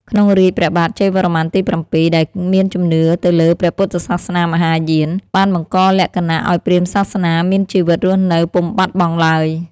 ក្នុងរាជ្យព្រះបាទជ័យវរ្ម័នទី៧ ដែលមានជំនឿទៅលើព្រះពុទ្ធសាសនាមហាយាន បានបង្កលក្ខណៈឱ្យព្រាហ្មណ៍សាសនាមានជីវិតរស់នៅពុំបាត់បង់ឡើយ។